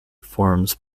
forms